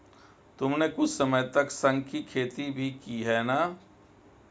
तुमने कुछ समय तक शंख की खेती भी की है ना?